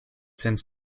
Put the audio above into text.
since